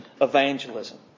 evangelism